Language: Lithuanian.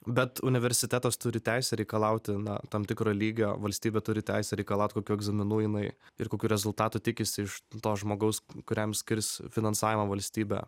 bet universitetas turi teisę reikalauti na tam tikro lygio valstybė turi teisę reikalaut kokių egzaminų jinai ir kokių rezultatų tikisi iš to žmogaus kuriam skirs finansavimą valstybė